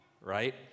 Right